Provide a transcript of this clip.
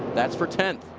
that's for tenth.